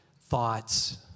thoughts